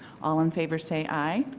all in favor say i.